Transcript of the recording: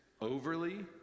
overly